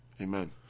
amen